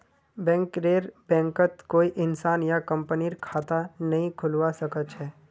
बैंकरेर बैंकत कोई इंसान या कंपनीर खता नइ खुलवा स ख छ